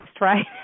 right